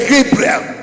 Gabriel